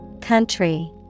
Country